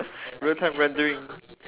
real time rendering